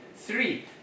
Three